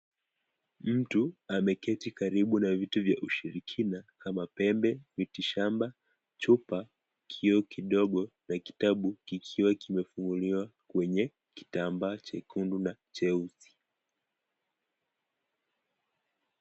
Mtu ameketi karibu na vitu vya ushirikina kama pembe, miti shamba, chupa, kioo kidogo na kitabu kikiwa kimefunguliwa kwenye kitambaa chekundu na cheusi.